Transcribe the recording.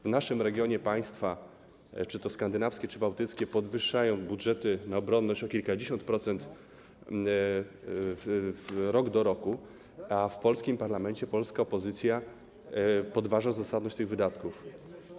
W naszym regionie państwa czy to skandynawskie, czy bałtyckie podwyższają budżety na obronność o kilkadziesiąt procent rok do roku, a w polskim parlamencie polska opozycja podważa zasadność tych wydatków.